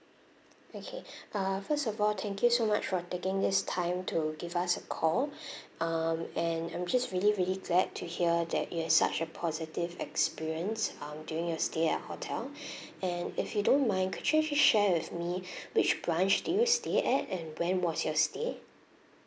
okay ah first of all thank you so much for taking this time to give us a call um and I'm just really really glad to hear that you had such a positive experience um during your stay at hotel and if you don't mind could you just share with me which branch do you stayed at and when was your stay